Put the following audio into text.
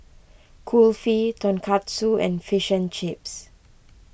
Kulfi Tonkatsu and Fish and Chips